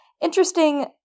interesting